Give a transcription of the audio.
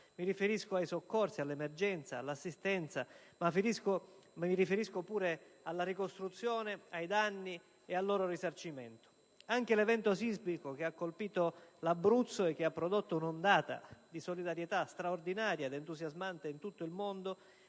Mi riferisco ai soccorsi, all'emergenza, all'assistenza, ma pure alla ricostruzione, ai danni e al loro risarcimento. Anche l'evento sismico che ha colpito l'Abruzzo, e che ha prodotto un'ondata di solidarietà straordinaria ed entusiasmante in tutto il mondo,